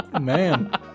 Man